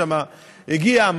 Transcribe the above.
הגיע,